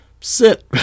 sit